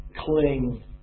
cling